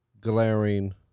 glaring